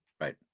Right